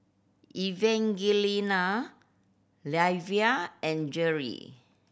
Evangelina Livia and Gerri